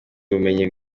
bumenyi